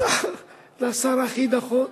לשר הכי נכון,